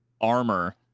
armor